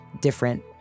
different